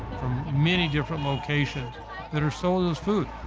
from many different locations that are sold as food.